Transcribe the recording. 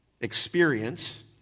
experience